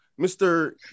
Mr